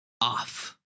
off